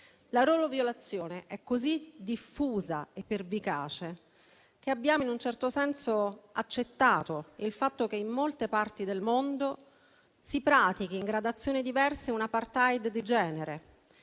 La loro violazione è così diffusa e pervicace che in un certo senso abbiamo accettato il fatto che in molte parti del mondo si pratichi, in gradazioni diverse, un'*apartheid* di genere: